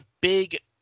big